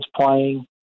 playing